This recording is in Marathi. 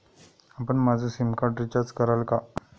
आपण माझं सिमकार्ड रिचार्ज कराल का?